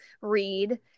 read